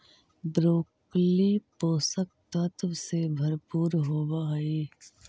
broccoli पोषक तत्व से भरपूर होवऽ हइ